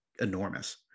enormous